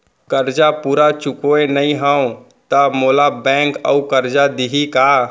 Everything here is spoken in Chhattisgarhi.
करजा पूरा चुकोय नई हव त मोला बैंक अऊ करजा दिही का?